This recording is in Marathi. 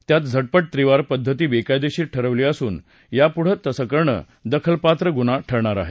त्यात झटपट त्रिवार पद्धती बेकायदेशीर ठरवली असून यापुढं तसं करणं दखलपात्र गुन्हा ठरणार आहे